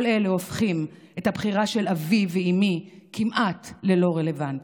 כל אלה הופכים את הבחירה של אבי ואימי כמעט ללא רלוונטית.